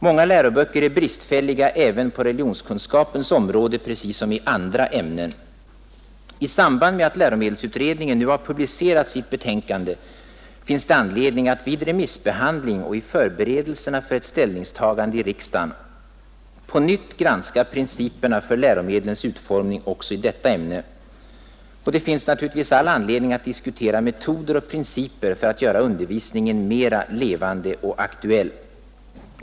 Många läroböcker är bristfälliga på religionskunskapens område precis som i andra ämnen. I samband med att läromedelsutredningen nu publicerat sitt betänkande finns det anledning att vid remissbehandling och i förberedelserna för ett ställningstagande i riksdagen på nytt granska principerna för läromedlens utformning också i detta ämne. Det finns också all anledning att diskutera metoder och principer för att göra undervisningen mera levande och aktuell.